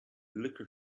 liquor